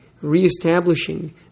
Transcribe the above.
re-establishing